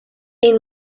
een